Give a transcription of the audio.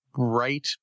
right